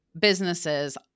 businesses